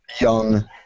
young